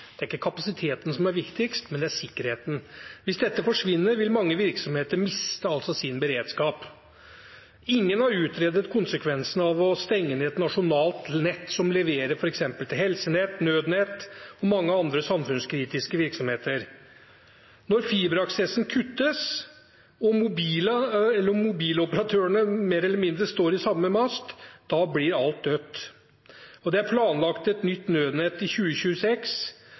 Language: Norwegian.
Det er ikke kapasiteten som er viktigst, det er sikkerheten. Hvis dette forsvinner, vil mange virksomheter miste beredskapen sin. Ingen har utredet konsekvensen av å stenge ned et nasjonalt nett som leverer f.eks. til helsenett, nødnett og mange andre samfunnskritiske virksomheter. Når fiberaksessen kuttes og mobiloperatørene mer eller mindre står i samme mast, blir alt dødt. Det er planlagt et nytt nødnett i 2026.